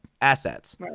assets